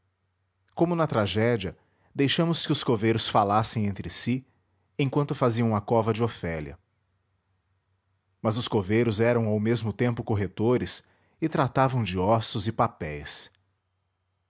como na tragédia deixamos que os coveiros falassem entre si enquanto faziam a cova de ofélia mas os coveiros eram ao mesmo tempo corretores e tratavam de ossos e papéis